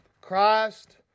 Christ